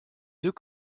deux